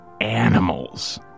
animals